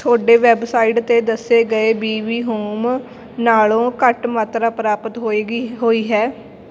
ਤੁਹਾਡੇ ਵੈੱਬਸਾਈਟ 'ਤੇ ਦੱਸੇ ਗਏ ਬੀ ਬੀ ਹੋਮ ਨਾਲੋਂ ਘੱਟ ਮਾਤਰਾ ਪ੍ਰਾਪਤ ਹੋਏਗੀ ਹੋਈ ਹੈ